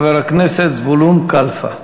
חבר הכנסת זבולון קלפה.